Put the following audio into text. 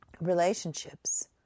relationships